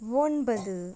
ஒன்பது